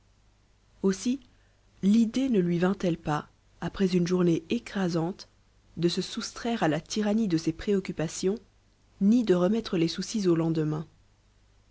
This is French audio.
aussi l'idée ne lui vint elle pas après une journée écrasante de se soustraire à la tyrannie de ses préoccupations ni de remettre les soucis au lendemain